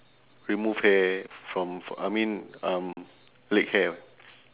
remove hair from f~ I mean um leg hair